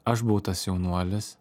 aš buvau tas jaunuolis